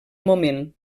moment